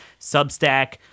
Substack